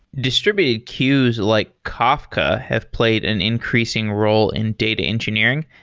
distributed queues like kafka have played an increasing role in data engineering.